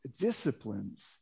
disciplines